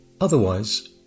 Otherwise